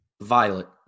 Violet